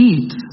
Eat